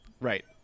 Right